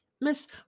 Miss